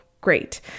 great